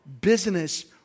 business